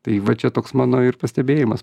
tai va čia toks mano ir pastebėjimas